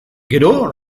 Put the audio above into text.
gero